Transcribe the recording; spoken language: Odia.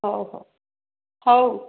ହଉ ହଉ ହଉ